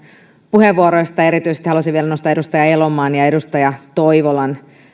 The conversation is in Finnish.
puheenvuoroista erityisesti haluaisin vielä nostaa edustaja elomaan ja ja edustaja toivolan